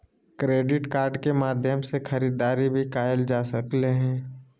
credit card के माध्यम से खरीदारी भी कायल जा सकले हें